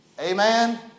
Amen